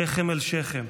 שכם אל שכם,